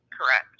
correct